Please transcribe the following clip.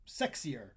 sexier